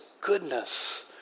goodness